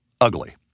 ugly